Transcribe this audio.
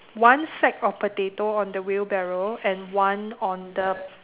one sack of potato on the wheelbarrow and one on the